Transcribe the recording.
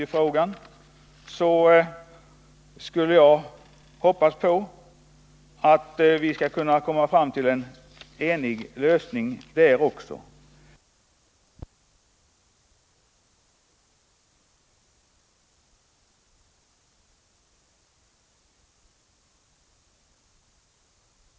Även om man i jordbruksministerns svar kan spåra en försiktighet och en maning om att följa frågan i framtiden, finns också, enligt vad jag kan inläsa, en viss farhåga inlagd i svaret. Bara detta är enligt min mening tillräckligt för att vi i varje fall inte skall öka antalet nedlagda asbeströr.